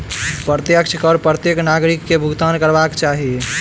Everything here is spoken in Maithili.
प्रत्यक्ष कर प्रत्येक नागरिक के भुगतान करबाक चाही